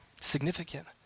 Significant